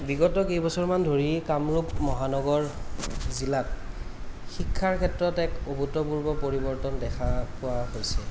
বিগত কেইবছৰমান ধৰি কামৰূপ মহানগৰ জিলাত শিক্ষাৰ ক্ষেত্ৰত এক অভূতপূৰ্ব পৰিৱৰ্তন দেখা পোৱা হৈছে